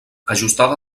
ajustada